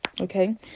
okay